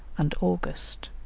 and august.